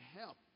help